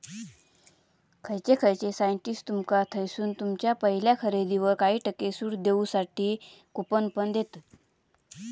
खयचे खयचे साइट्स तुमका थयसून तुमच्या पहिल्या खरेदीवर काही टक्के सूट देऊसाठी कूपन पण देतत